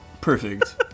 perfect